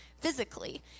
physically